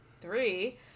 three